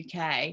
UK